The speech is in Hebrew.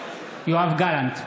יואב גלנט,